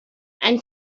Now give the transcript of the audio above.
and